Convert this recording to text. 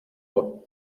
uhr